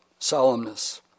solemnness